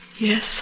Yes